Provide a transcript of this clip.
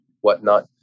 whatnot